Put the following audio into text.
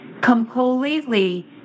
completely